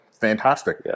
Fantastic